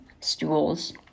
stools